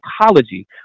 psychology